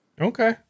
Okay